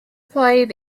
played